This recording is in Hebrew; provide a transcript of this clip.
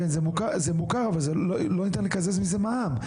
כן, זה מוכר, אבל לא ניתן לקזז מזה מע"מ.